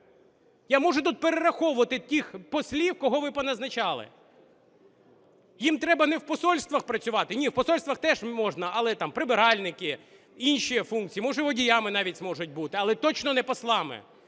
Я можу тут перераховувати тих послів, кого ви поназначали. Їм треба не в посольствах працювати, ні, в посольствах теж можна, але там прибиральники, інші функції, може, водіями навіть зможуть бути, але точно не послами.